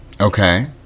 Okay